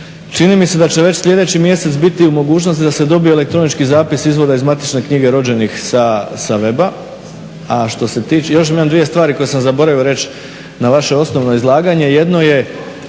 Čini mi se da će već sljedeći mjesec biti da se dobije elektronički zapis izvoda iz Matične knjige rođenih sa web-a. Još imam dvije stvari koje sam zaboravio reći na vaše osnovno izlaganje, jedno je